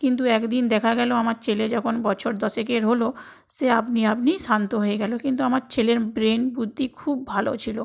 কিন্তু একদিন দেখা গেলো আমার চেলে যখন বছর দশেকের হল সে আপনি আপনি শান্ত হয়ে গেলো কিন্তু আমার ছেলের ব্রেন বুদ্ধি খুব ভালো ছিলো